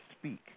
speak